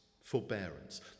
forbearance